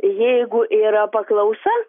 jeigu yra paklausa